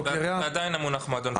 ועדיין המונח מועדון קליעה הוא בעייתי.